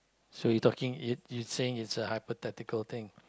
so you talking you you saying is a hypothetical thing